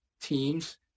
teams